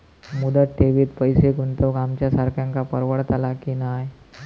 मुदत ठेवीत पैसे गुंतवक आमच्यासारख्यांका परवडतला की नाय?